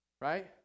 Right